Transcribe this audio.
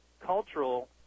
cultural